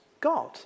God